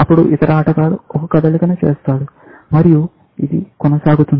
అప్పుడు ఇతర ఆటగాడు ఒక కదలికను చేస్తాడు మరియు ఇది కొనసాగుతుంది